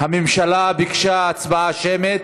הממשלה ביקשה הצבעה שמית,